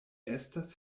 estas